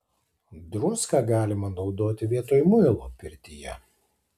druską galima naudoti vietoj muilo pirtyje